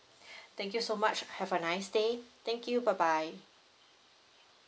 thank you so much have a nice day thank you bye bye